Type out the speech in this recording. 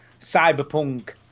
cyberpunk